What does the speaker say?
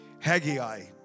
Haggai